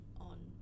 on